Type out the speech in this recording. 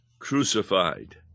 crucified